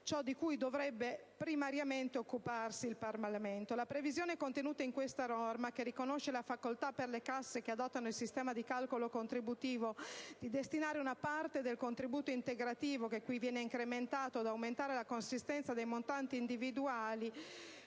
ciò di cui dovrebbe primariamente occuparsi il Parlamento. La previsione, contenuta in questa norma, che riconosce la facoltà per le casse che adottano il sistema di calcolo contributivo di destinare una parte del contributo integrativo, che qui viene incrementato, ad aumentare la consistenza dei montanti individuali